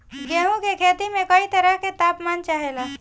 गेहू की खेती में कयी तरह के ताप मान चाहे ला